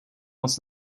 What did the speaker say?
moc